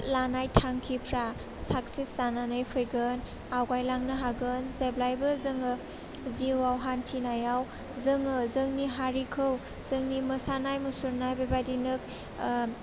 लानाय थांखिफ्रा साक्सेस जानानै फैगोन आवगायलांनो हागोन जेब्लायबो जोङो जिउआव हान्थिनायाव जोङो जोंनि हारिखौ जोंनि मोसानाय मुसुरनाय बेबायदिनो ओह